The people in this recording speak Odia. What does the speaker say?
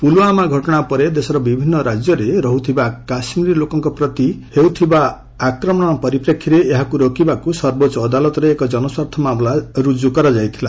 ପୁଲୁୱାମା ଘଟଣା ପରେ ଦେଶର ବିଭିନ୍ନ ରାଜ୍ୟରେ ବାସିତ କରୁଥିବା କାଶ୍ମୀର ଲୋକଙ୍କ ପ୍ରତି ହେଉଥିବା ଆକ୍ରମଣ ପରିପ୍ରେକ୍ଷୀରେ ଏହାକୁ ରୋକିବାକୁ ସର୍ବୋଚ୍ଚ ଅଦାଲତରେ ଏକ ଜନସ୍ୱାର୍ଥ ମାମଲା କାରି କରାଯାଇଥିଲା